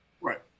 Right